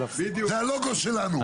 זה הלוגו שלנו.